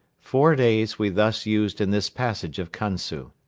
four days we thus used in this passage of kansu.